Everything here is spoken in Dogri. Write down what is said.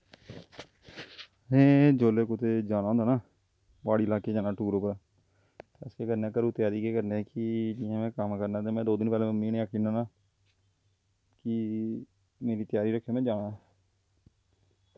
में जेल्लै कुतै जाना होंदा ना प्हाड़ी लाह्कै जाना टूर पर ते अस केह् करने घरों त्यारी केह् करने कि जिआं में कम्म करना कि में दो दिन पैहलें मम्मी गी आक्खी ओड़ना होन्ना कि मेरी त्यारी रक्खेओ में जाना ऐ